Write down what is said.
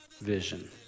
vision